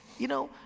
you know,